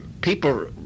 people